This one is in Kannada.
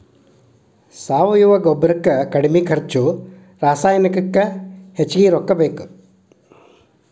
ಸಾವಯುವ ಗೊಬ್ಬರಕ್ಕ ಕಡಮಿ ಖರ್ಚು ರಸಾಯನಿಕಕ್ಕ ಹೆಚಗಿ ರೊಕ್ಕಾ ಬೇಕ